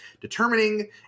determining